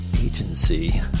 agency